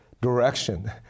direction